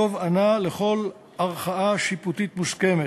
תובענה לכל ערכאה שיפוטית מוסמכת.